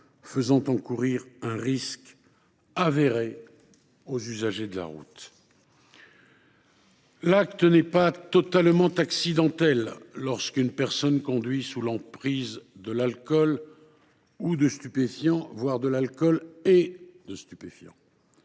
faisant encourir un risque avéré aux usagers de la route. L’acte n’est pas totalement accidentel lorsqu’une personne conduit sous l’emprise d’alcool ou de stupéfiants. Il n’y a rien d’involontaire